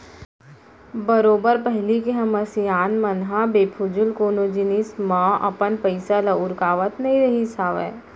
बरोबर पहिली के हमर सियान मन ह बेफिजूल कोनो जिनिस मन म अपन पइसा ल उरकावत नइ रहिस हावय